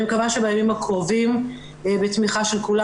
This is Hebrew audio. אני מקווה שבימים הקרובים בתמיכה של כולם